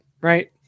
right